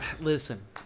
listen